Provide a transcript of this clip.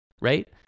right